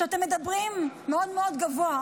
אתם מדברים מאוד מאוד גבוה.